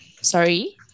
Sorry